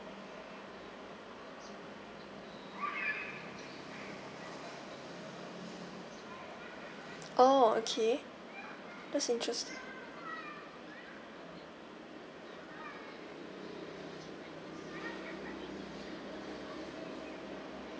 oh okay that's interesting